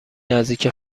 نزدیک